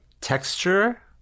Texture